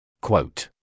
Quote